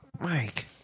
Mike